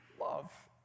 love